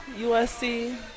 USC